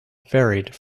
varied